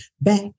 back